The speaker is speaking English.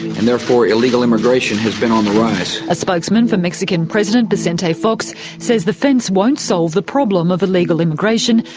and therefore illegal immigration has been on the rise. a spokesman for mexican president vicente fox the fence won't solve the problem of illegal immigration,